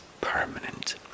permanent